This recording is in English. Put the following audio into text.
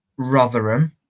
rotherham